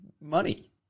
money